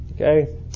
Okay